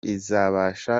izabasha